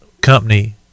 company